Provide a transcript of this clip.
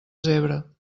zebra